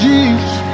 Jesus